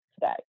today